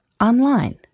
online